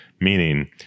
Meaning